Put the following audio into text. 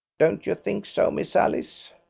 don't you think so, miss alice?